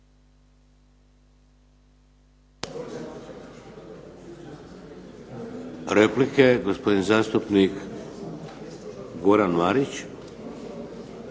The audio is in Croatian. repliku, gospodin zastupnik Branko Bačić.